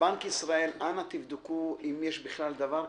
בנק ישראל, אנא תבדקו אם יש בכלל דבר כזה.